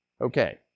Okay